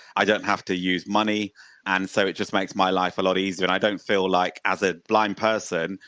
i don't have to use money and so, it just makes my life a lot easier and i don't feel like, as a blind person,